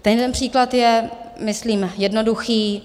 Ten jeden příklad je myslím jednoduchý.